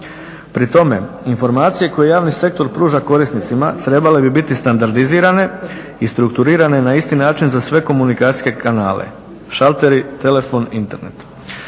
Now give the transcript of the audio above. Pri tome informacije koje javni sektor pruža korisnicima trebale bi biti standardizirane i strukturirane na isti način za sve komunikacijske kanale, šalteri, telefon, internet.